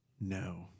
No